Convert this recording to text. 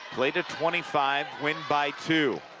play to twenty five, win by two.